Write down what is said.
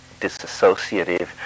disassociative